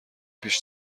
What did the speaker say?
پیش